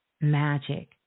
magic